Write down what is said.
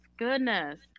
Goodness